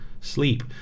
sleep